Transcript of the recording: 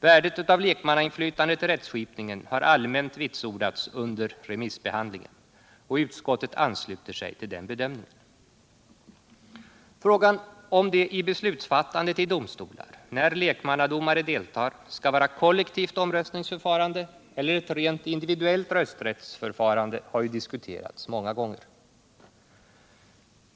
Värdet av lek mannainflytandet i rättsskipningen har allmänt vitsordats under remissbehandlingen, och utskottet ansluter sig till den bedömningen. Frågan om det i beslutsfattandet i domstolar, när lekmannadomare deltar, skall vara kollektivt omröstningsförfarande eller ett rent individuellt rösträttsförfarande, har diskuterats många gånger.